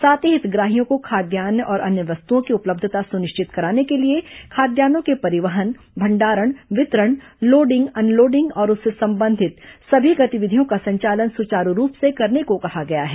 साथ ही हितग्राहियों को खाद्यान्न और अन्य वस्तुओं की उपलब्धता सुनिश्चित कराने के लिए खाद्यान्नों के परिवहन भंडारण वितरण लोडिंग अनलोडिंग और उससे संबंधित सभी गतिविधियों का संचालन सुचारू रूप से करने को कहा गया है